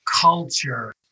culture